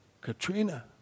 Katrina